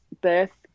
birth